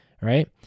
right